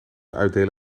uitdelen